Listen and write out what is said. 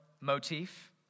motif